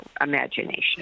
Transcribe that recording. imagination